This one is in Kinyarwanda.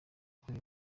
kabiri